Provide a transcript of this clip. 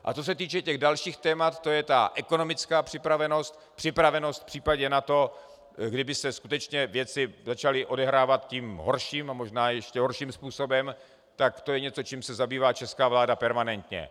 A co se týče těch dalších témat, to je ta ekonomická připravenost, připravenost v případě NATO, kdyby se skutečně věci začaly odehrávat tím horším, možná ještě horším způsobem, tak to je něco, čím se zabývá česká vláda permanentně.